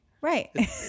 Right